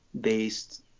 based